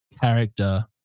character